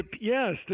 Yes